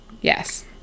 Yes